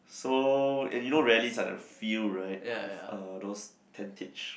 so and you know rallies are the field right with uh those tentage